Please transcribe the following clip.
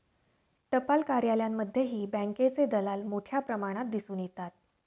टपाल कार्यालयांमध्येही बँकेचे दलाल मोठ्या प्रमाणात दिसून येतात